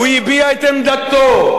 הוא הביע את עמדתו.